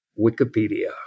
Wikipedia